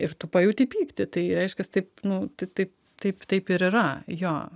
ir tu pajautei pyktį tai reiškias taip nu tai taip taip taip ir yra jo